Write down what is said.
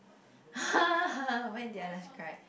when did I last cried